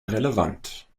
relevant